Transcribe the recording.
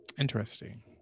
interesting